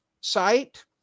site